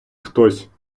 хтось